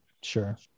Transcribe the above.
Sure